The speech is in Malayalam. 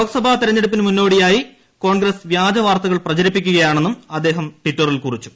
ലോക്സഭാ തെരഞ്ഞെടുപ്പിന് മുന്നോടിയായി കോൺഗ്രസ് വ്യാജവാർത്തകൾ പ്രചരിപ്പിക്കുകയാണെന്നും അദ്ദേഹം ട്വിറ്ററിൽ കുറിച്ചു